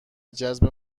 جذب